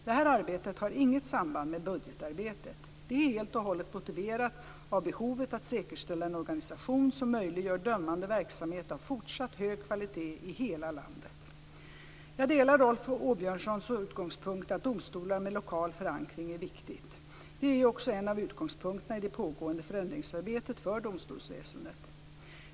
Detta arbete har inget samband med budgetarbetet. Det är helt och hållet motiverat av behovet att säkerställa en organisation som möjliggör dömande verksamhet av fortsatt hög kvalitet i hela landet. Jag delar Rolf Åbjörnssons utgångspunkt att domstolar med lokal förankring är viktigt. Detta är ju också en av utgångspunkterna i det pågående förändringsarbetet för domstolsväsendet.